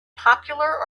popular